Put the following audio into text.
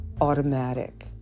automatic